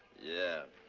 yeah.